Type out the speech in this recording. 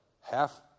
half